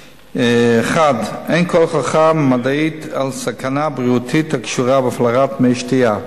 1. אין כל הוכחה מדעית לסכנה בריאותית הקשורה בהפלרת מי שתייה.